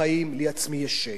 לי עצמי יש כלב,